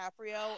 DiCaprio